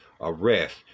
arrest